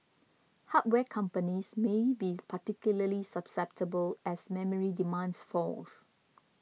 hardware companies may be particularly susceptible as memory demand falls